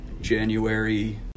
January